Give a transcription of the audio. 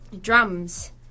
drums